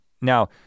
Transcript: now